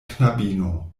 knabino